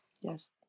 Yes